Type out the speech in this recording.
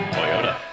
Toyota